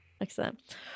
Excellent